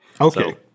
Okay